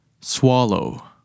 swallow